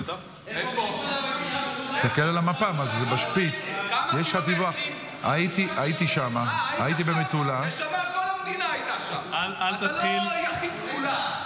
גלעד קריב (העבודה): גלעד קריב (העבודה): איפה מטולה וקריית שמונה?